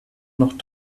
noch